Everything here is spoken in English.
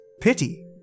pity